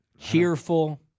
Cheerful